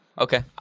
okay